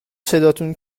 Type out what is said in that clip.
صداتون